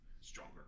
stronger